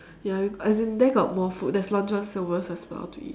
ya we as in there got more food there's long john silvers as well to eat